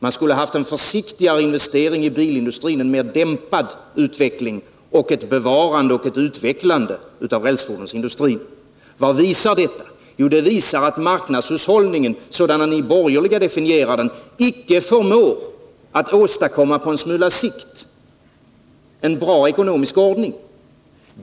Det skulle ha varit ett försiktigare investerande i bilindustrin, en mer dämpad utveckling, och ett bevarande och ett utvecklande av rälsfordonsindustrin. Vad visar detta? Jo, det visar att marknadshushållningen, sådan ni borgerliga definierar den, icke förmår att på en smula sikt åstadkomma en bra ekonomisk ordning.